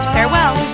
Farewell